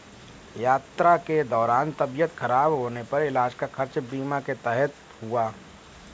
यात्रा के दौरान तबियत खराब होने पर इलाज का खर्च बीमा के तहत हुआ